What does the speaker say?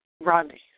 Rodney